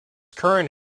current